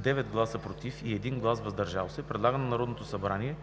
9 „против“ и 1 „въздържал се“ предлага на Народното събрание